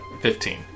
Fifteen